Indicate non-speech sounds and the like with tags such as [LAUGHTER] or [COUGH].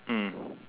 mm [BREATH]